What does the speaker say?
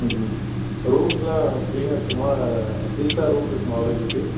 ம்ஹூ ரூம்ஸ்லாம் க்ளீனாக இருக்குமா த்ரீ ஸ்டார் ரூம்ஸ் இருக்குமா அவைலபிலிட்டி